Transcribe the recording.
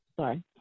sorry